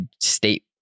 state